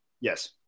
Yes